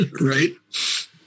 Right